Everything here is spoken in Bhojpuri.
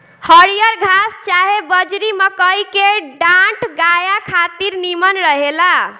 हरिहर घास चाहे बजड़ी, मकई के डांठ गाया खातिर निमन रहेला